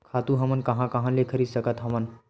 खातु हमन कहां कहा ले खरीद सकत हवन?